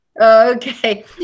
Okay